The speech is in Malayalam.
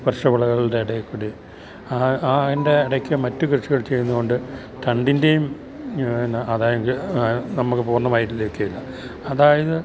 വർഷവിളകളുടെ ഇടയില്ക്കൂടി ആ അതിൻ്റെ ഇടയ്ക്കു മറ്റു കൃഷികൾ ചെയ്യുന്നതുകൊണ്ട് രണ്ടിൻ്റെയും ആദായം നമുക്കു പൂർണമായിട്ടു ലഭിക്കുകയില്ല അതായത്